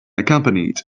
accompanied